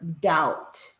doubt